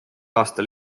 aastal